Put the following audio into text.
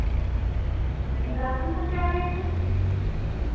अच्छा इन्द्रासन का क्या रेट है